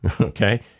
okay